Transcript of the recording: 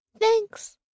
Thanks